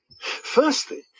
Firstly